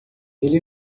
ele